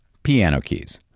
piano keys.